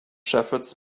shepherds